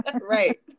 Right